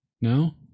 No